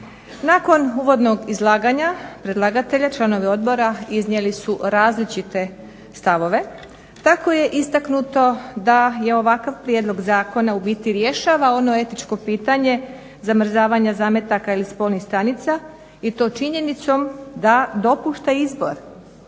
Nakon uvodnog izlaganja predlagatelja članovi odbora iznijeli su različite stavove. Tako je istaknuto da je ovakav prijedlog zakona u biti rješava ono etičko pitanje zamrzavanja zametaka ili spolnih stanica i to činjenicom da dopušta izbor